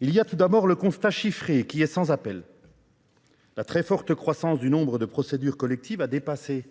Il y a tout d'abord le constat chiffré qui est sans appel. La très forte croissance du nombre de procédures collectives a dépassé